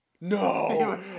No